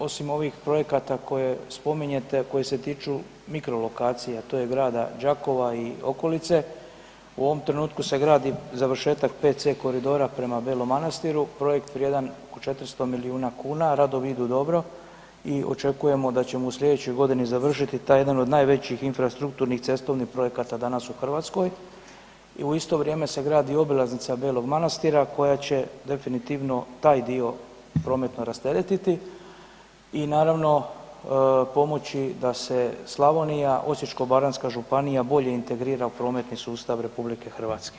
Osim ovih projekata koje spominjete, koji se tiču mikro lokacija a to je grada Đakova i okolice, u ovom trenutku se gradi završetak PC koridora prema Belom Manastiru, projekt vrijedan oko 400 milijuna kuna a radovi idu dobro i očekujemo da ćemo u slijedećoj godini završiti taj jedan od najvećih infrastrukturnih cestovnih projekata danas u Hrvatskoj i u isto vrijeme se gradi obilaznica Belog Manastira koja će definitivno taj dio prometno rasteretiti i naravno pomoći da se Slavonija, Osječko-baranjska županija bolje integrira u prometni sustav RH.